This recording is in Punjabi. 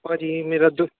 ਭਾਅ ਜੀ ਮੇਰਾ ਦੁ